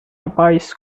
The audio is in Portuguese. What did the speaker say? rapaz